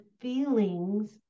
feelings